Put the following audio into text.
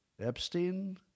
Epstein